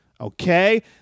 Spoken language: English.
Okay